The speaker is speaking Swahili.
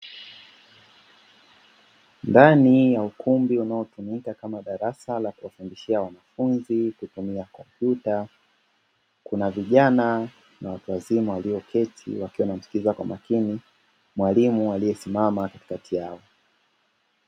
Ndani ya ukumbi unaotumika kama darasa la kuwafundishia wanafunzi kutumia kompyuta, kuna vijana na watu wazima walioketi wakiwa wanamsikiliza kwa makini mwalimu aliyesimama katikati yao.